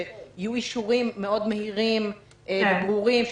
שיהיו אישורים מהירים מאוד וברורים,